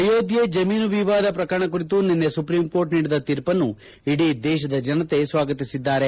ಅಯೋಧ್ಯೆ ಜಮೀನು ವಿವಾದ ಪ್ರಕರಣ ಕುರಿತು ನಿನ್ನೆ ಸುಪ್ರೀಂಕೋರ್ಟ್ ನೀಡಿದ ತೀರ್ಪನ್ನು ಇಡೀ ದೇಶದ ಜನತೆ ಸ್ವಾಗತಿಸಿದ್ದಾರೆ